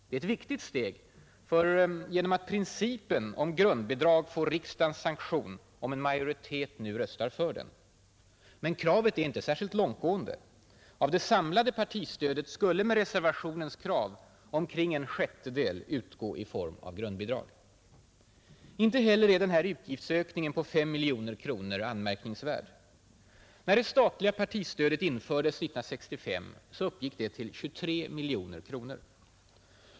Det är ett viktigt steg genom att principen om grundbidrag får riksdagens sanktion, om en majoritet nu röstar för den. Men kravet är inte särskilt långtgående. Av det samlade partistödet skulle med reservationens krav omkring en sjättedel utgå i form av grundbidrag. Inte heller är den här utgiftsökningen på 5 miljoner kronor anmärkningsvärd. När det statliga partistödet infördes 1965 uppgick det till 23 miljoner kronor.